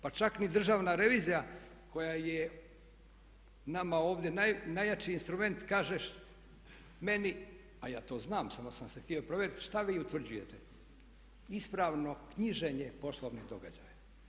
Pa čak ni državna revizija koja je nama ovdje najjači instrument, kažeš meni, a ja to znam, samo sam se htio provjeriti šta vi utvrđujete, ispravno knjiženje poslovnih događaja.